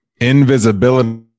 invisibility